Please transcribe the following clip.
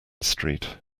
street